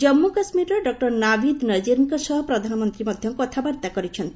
ଜାନ୍ମୁ ଓ କାଶ୍ମୀରର ଡକ୍ଟର ନାଭିଦ ନଜିରଙ୍କ ସହ ପ୍ରଧାନମନ୍ତ୍ରୀ ମଧ୍ୟ କଥାବାର୍ତ୍ତା କରିଛନ୍ତି